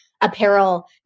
apparel